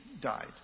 died